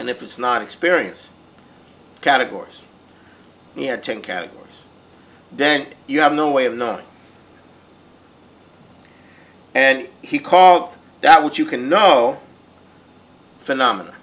and if it's not experience categories we have ten categories then you have no way of knowing and he called up that which you can know phenomena